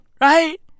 Right